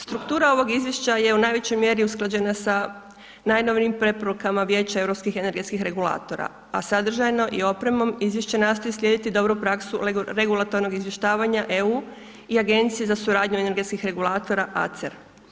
Struktura ovog izvješća je u najvećoj mjeri usklađena sa najnovijim preporuka Vijeća europskim energetskim regulatora, a sadržajno i opremom, izvješće nastoji slijediti dobru praksu regulatornog izvješćivanja EU, i Agencije za suradnju energetskih regulatora ACR.